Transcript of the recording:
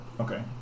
Okay